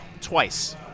Twice